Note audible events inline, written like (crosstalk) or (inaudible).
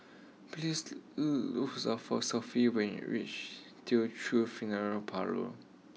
please to (unintelligible) for Sophie when you reach Teochew Funeral Parlour